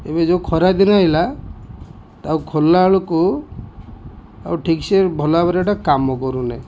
ଏବେ ଯେଉଁ ଖରା ଦିନ ଆଇଲା ତାକୁ ଖୋଲା ବେଳକୁ ଆଉ ଠିକ ସେ ଭଲ ଭାବରେ ଗୋଟେ କାମ କରୁନି